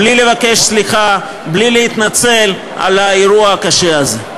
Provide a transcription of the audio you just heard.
בלי לבקש סליחה, בלי להתנצל על האירוע הקשה הזה.